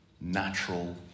natural